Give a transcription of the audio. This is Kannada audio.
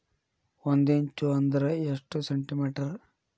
ಒಂದಿಂಚು ಅಂದ್ರ ಎಷ್ಟು ಸೆಂಟಿಮೇಟರ್?